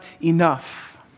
enough